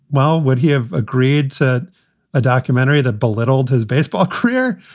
well, would he have agreed to a documentary that belittled his baseball career?